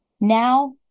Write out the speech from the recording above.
now